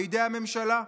בידי הממשלה?